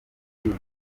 kwita